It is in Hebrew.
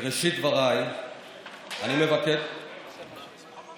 בראשית דבריי אני מבקש, תתבייש לך.